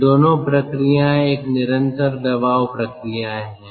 यह दोनों प्रक्रियाएं एक निरंतर दबाव प्रक्रिया है